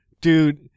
Dude